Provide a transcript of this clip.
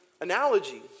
analogy